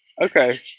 okay